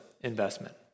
investment